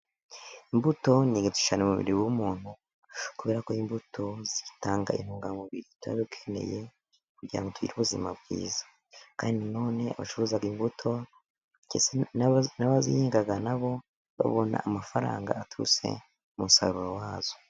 Imbuto ni ingenzi cyane mubiri w'umuntu, kubera ko imbuto zitanga intungamubiri zitari nke kugira ngo tugireho ubuzima bwiza. Kandi na none abacuruza imbuto, n'abazihinga nabo babona amafaranga aturutse ku musaruro wazo.